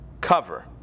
cover